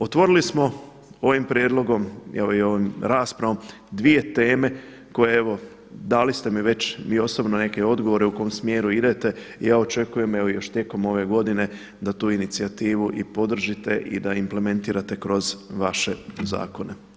Otvorili smo ovim prijedlogom evo i ovom raspravom dvije teme koje evo dali ste mi već vi osobno neke odgovore u kojem smjeru idete i ja očekujem evo i još tijekom ove godine da tu inicijativu i podržite i da implementirate kroz vaše zakone.